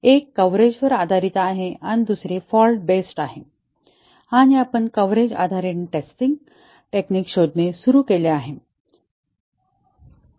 एक कव्हरेजवर आधारित आहे आणि दुसरी फॉल्ट बेस्ड आहे आणि आपण कव्हरेज आधारित टेस्टिंग टेक्निक्स शोधणे सुरू केले आहे